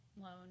loan